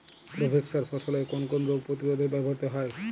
Provex সার ফসলের কোন কোন রোগ প্রতিরোধে ব্যবহৃত হয়?